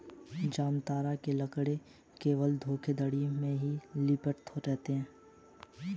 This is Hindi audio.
जामतारा के लड़के केवल धोखाधड़ी में लिप्त रहते हैं